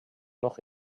noch